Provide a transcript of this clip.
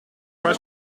are